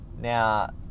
Now